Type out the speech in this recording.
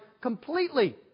completely